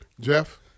Jeff